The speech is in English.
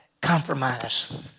Compromise